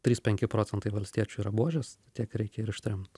trys penki procentai valstiečių yra buožės tiek reikia ir ištremt